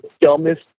dumbest